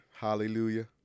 Hallelujah